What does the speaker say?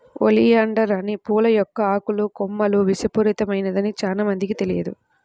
oleander అనే పూల మొక్క ఆకులు, కొమ్మలు విషపూరితమైనదని చానా మందికి తెలిసి ఉండదు